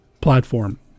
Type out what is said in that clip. platform